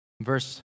Verse